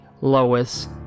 Lois